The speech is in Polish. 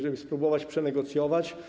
Żeby spróbować to przenegocjować.